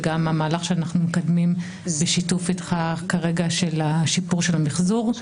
וגם המהלך שאנחנו מקדמים זה שיתוף איתך כרגע של השיפור של המחזור.